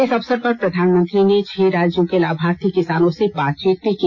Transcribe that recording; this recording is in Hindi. इस अवसर पर प्रधानमंत्री ने छह राज्यों के लाभार्थी किसानों से बातचीत भी की